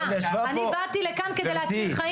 אני באתי לכאן כדי להציל חיים,